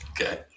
Okay